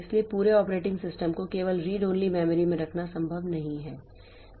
इसलिए पूरे operating system को केवल रीड ओनली मेमोरी में रखना संभव नहीं है